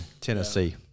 Tennessee